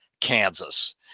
Kansas